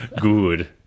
good